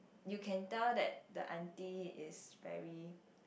you can tell that the auntie is very